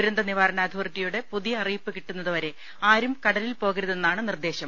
ദുരന്തനിവാരണ അതോറിറ്റിയുടെ പുതിയ അറിയിപ്പ് കിട്ടുന്നതുവരെ ആരും കടലിൽ പോകരുതെന്നാണ് നിർദ്ദേശം